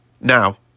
Now